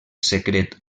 secret